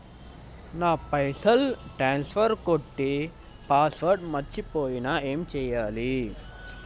నా పైసల్ ట్రాన్స్ఫర్ కొట్టే పాస్వర్డ్ మర్చిపోయిన ఏం చేయాలి?